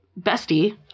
bestie